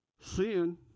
sin